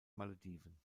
malediven